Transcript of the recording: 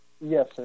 Yes